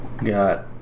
Got